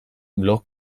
blog